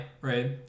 right